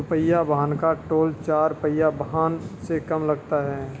दुपहिया वाहन का टोल चार पहिया वाहन से कम लगता है